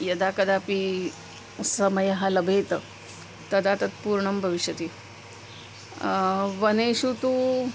यदा कदापि समयः लभेत तदा तत् पूर्णं भविष्यति वनेषु तु